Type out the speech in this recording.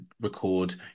record